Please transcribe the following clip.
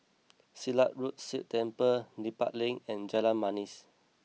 Silat Road Sikh Temple Dedap Link and Jalan Manis